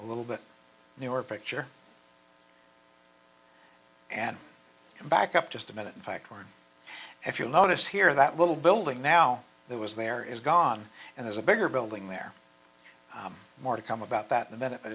little bit newer picture and back up just a minute in fact one if you'll notice here that little building now that was there is gone and there's a bigger building there more to come about that and then i